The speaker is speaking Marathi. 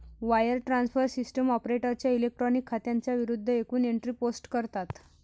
वायर ट्रान्सफर सिस्टीम ऑपरेटरच्या इलेक्ट्रॉनिक खात्यांच्या विरूद्ध एकूण एंट्री पोस्ट करतात